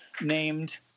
named